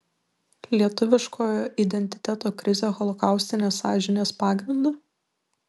lietuviškojo identiteto krizė holokaustinės sąžinės pagrindu